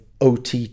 OTT